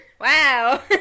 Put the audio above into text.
Wow